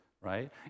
right